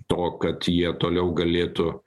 to kad jie toliau galėtų